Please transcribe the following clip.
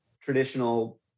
traditional